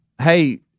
hey